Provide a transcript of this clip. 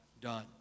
done